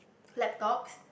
laptops